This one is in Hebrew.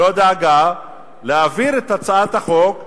לא דאגה להעביר את הצעת החוק,